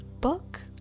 book